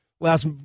last